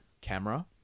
camera